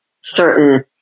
certain